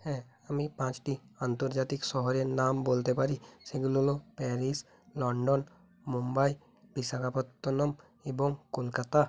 হ্যাঁ আমি পাঁচটি আন্তর্জাতিক শহরের নাম বলতে পারি সেগুলো হল প্যারিস লন্ডন মুম্বাই বিশাখাপত্তনম এবং কলকাতা